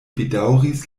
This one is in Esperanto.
bedaŭris